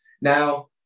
now